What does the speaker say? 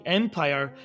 empire